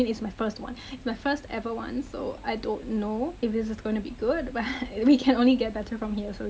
my first one. it's my first ever one. so i don't know if this is gonna be good, but we can only get better from here. so,